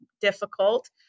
difficult